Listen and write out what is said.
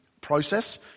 process